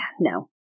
no